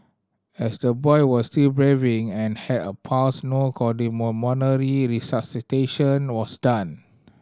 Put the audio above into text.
as the boy was still and had a pulse no cardiopulmonary resuscitation was done